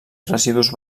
residus